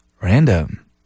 Random